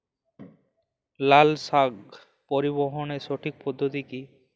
লালশাক পরিবহনের সঠিক পদ্ধতি কি?